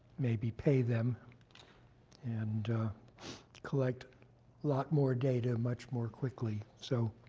maybe pay them and collect a lot more data much more quickly. so,